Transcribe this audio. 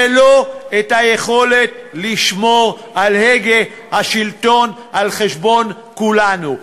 ולא את היכולת לשמור על הגה השלטון על חשבון כולנו.